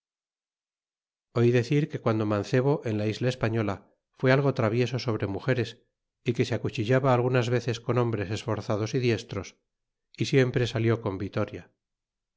of decir que guando mancebo en la isla espariola fue algo travieso sobre mugeres que se acuchillaba algunas veces con hombres esforzados y diestros y siempre salió con vitoria